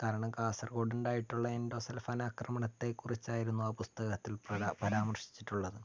കാരണം കാസർഗോടുണ്ടായിട്ടുള്ള എൻഡോസൾഫാൻ ആക്രമണത്തെ കുറിച്ചായിരുന്നു ആ പുസ്തകത്തിൽ പരാ പരാമർശിച്ചിട്ടുള്ളത്